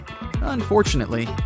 Unfortunately